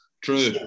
True